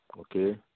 okay